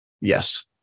yes